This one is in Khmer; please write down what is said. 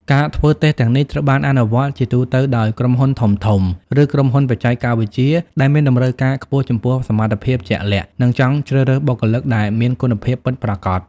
ការធ្វើតេស្តទាំងនេះត្រូវបានអនុវត្តជាទូទៅដោយ ក្រុមហ៊ុនធំៗ ឬក្រុមហ៊ុនបច្ចេកវិទ្យា ដែលមានតម្រូវការខ្ពស់ចំពោះសមត្ថភាពជាក់លាក់ និងចង់ជ្រើសរើសបុគ្គលិកដែលមានគុណភាពពិតប្រាកដ។